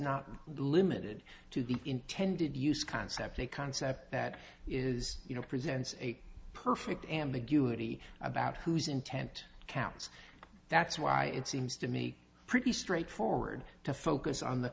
not limited to the intended use concept a concept that is you know presents a perfect ambiguity about whose intent counts that's why it seems to me pretty straightforward to focus on the